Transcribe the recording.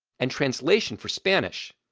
and translation for spanish,